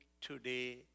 today